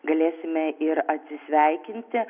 galėsime ir atsisveikinti